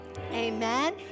Amen